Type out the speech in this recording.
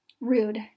Rude